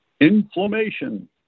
inflammation